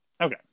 Okay